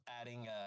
adding